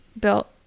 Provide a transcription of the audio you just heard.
built